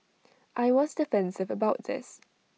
I was defensive about this